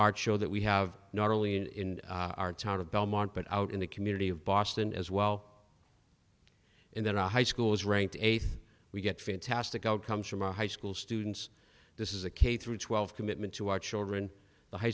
art show that we have not only in our town of belmont but out in the community of boston as well in that our high school is ranked eighth we get fantastic outcomes from our high school students this is a k through twelve commitment to our children the high